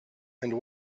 and